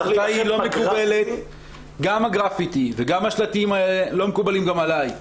גם השלטים וגם הגרפיטי לא מקובלים גם עלי.